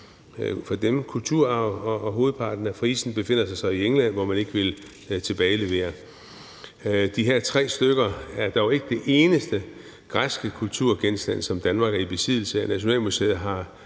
vigtig kulturarv, og hovedparten af frisen befinder sig så i England, hvor man ikke vil tilbagelevere. De her tre stykker er dog ikke de eneste græske kulturgenstande, som Danmark er i besiddelse af. Nationalmuseet har